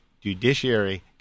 Judiciary